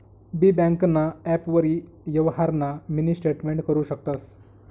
बी ब्यांकना ॲपवरी यवहारना मिनी स्टेटमेंट करु शकतंस